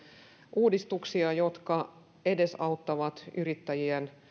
uudistuksia jotka edesauttavat yrittäjien